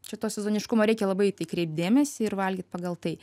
čia to sezoniškumo reikia labai į tai kreipt dėmesį ir valgyt pagal tai